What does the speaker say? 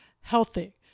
healthy